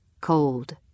cold